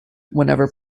whenever